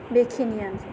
बेखिनियानोसै